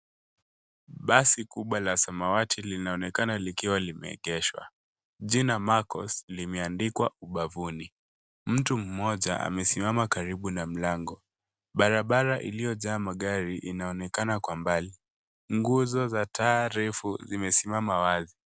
Basi kubwa la samawati linaonekana likiwa limeegeshwa. Jina, marcos, limeandikwa ubavuni. Mtu mmoja amesimama karibu na mlango. Barabara iliyojaa magari inaonekana kwa mbali. Nguzo za taa refu zimesimama wazi.